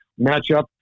matchup